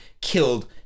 killed